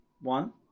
One